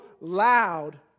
loud